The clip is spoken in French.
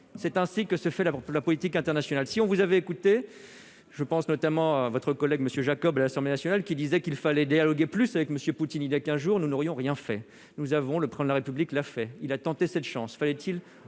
c'est ainsi que se fait la la politique internationale, si on vous avez écouté, je pense notamment à votre collègue, Monsieur Jacob, l'Assemblée nationale, qui disait qu'il fallait dialoguer plus avec Monsieur Poutine, il y a 15 jours, nous n'aurions rien fait, nous avons le plan de la République l'a fait, il a tenté cette chance : fallait-il